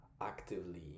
actively